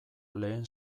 lehen